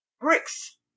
bricks